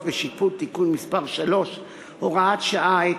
ושיפוט) (תיקון מס' 3 והוראת שעה),